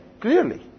clearly